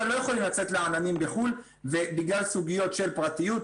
לא יכולים לצאת לעננים בח"ל בגלל סוגיות של פרטיות,